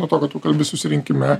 nuo to kad tu kalbi susirinkime